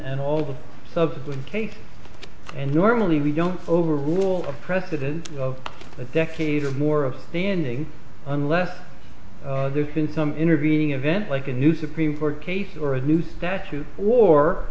and all the subsequent case and normally we don't overrule a precedent of a decade or more of standing unless there's been some intervening event like a new supreme court case or a new statute